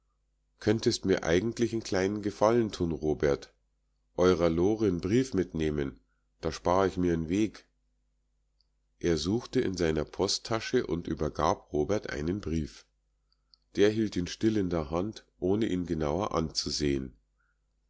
könntest mir eigentlich n klein'n gefallen tun robert eurer lore n brief mitnehmen da spar ich mir'n weg er suchte in seiner posttasche und übergab robert einen brief der hielt ihn still in der hand ohne ihn genauer anzusehen